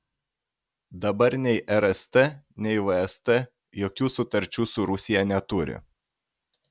dabar nei rst nei vst jokių sutarčių su rusija neturi